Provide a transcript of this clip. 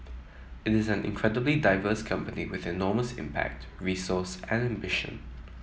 it is an incredibly diverse company with enormous impact resource and ambition